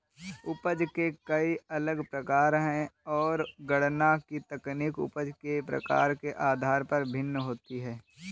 उपज के कई अलग प्रकार है, और गणना की तकनीक उपज के प्रकार के आधार पर भिन्न होती है